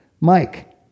Mike